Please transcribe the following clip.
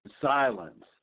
silence